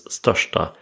största